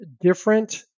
different